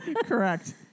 Correct